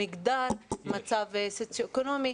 מגדר, מצב סוציו אקונומי.